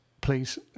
please